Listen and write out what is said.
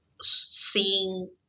seeing